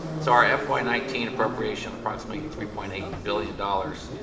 so our fy nineteen appropriation, approximately three point eight billion dollars,